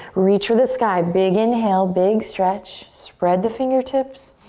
reach for the sky. big inhale, big stretch. spread the fingertips.